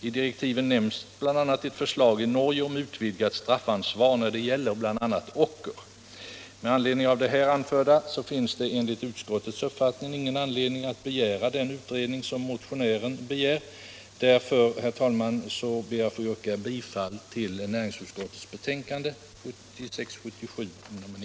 I direktiven nämns bl.a. ett förslag i Norge om utvidgat straffansvar när det gäller bl.a. ocker. Som framgår av det anförda finns det enligt utskottets uppfattning ingen anledning att begära den utredning som motionen syftar till. Därför ber jag, herr talman, att få yrka bifall till utskottets hemställan.